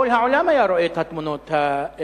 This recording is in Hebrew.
כל העולם היה רואה את התמונות האלה.